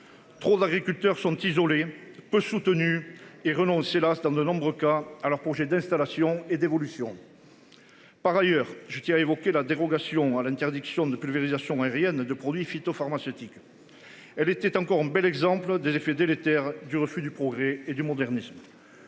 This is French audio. Trop d'agriculteurs sont isolés peu soutenu et renonce hélas dans de nombreux cas à projet d'installation et d'évolution. Par ailleurs, je tiens à évoquer la dérogation à l'interdiction de pulvérisation aérienne de produits phytopharmaceutiques. Elle était encore un bel exemple des effets délétères du refus du progrès et du modernisme.